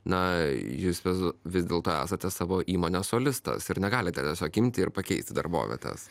na jis vis vis dėl to esate savo įmonės solistas ir negalite tiesiog imti ir pakeisti darbovietes